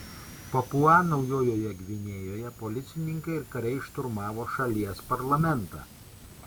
papua naujojoje gvinėjoje policininkai ir kariai šturmavo šalies parlamentą